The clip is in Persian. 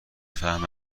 فهم